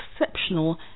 exceptional